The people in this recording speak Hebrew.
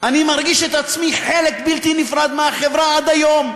אני מרגיש את עצמי חלק בלתי נפרד מהחברה עד היום.